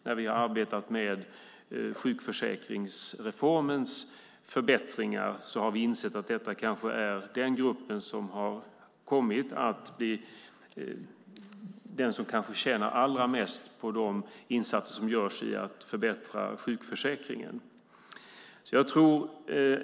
När vi har arbetat med sjukförsäkringsreformens förbättringar har vi insett att det är den grupp som kommit att bli den som kanske tjänar allra mest på de insatser som görs för att förbättra sjukförsäkringen.